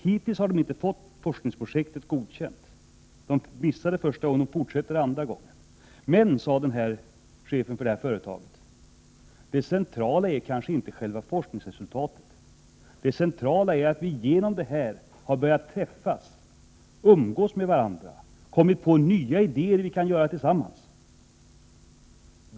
Hittills har inte forskningsprojektet blivit godkänt — man missade första gången och försöker nu andra gången — men enligt chefen för det här företaget är det kanske inte själva forskningsresultatet som är det centrala, utan att man genom detta har börjat umgås med varandra, kommit med nya idéer som man gemensamt kan genomföra.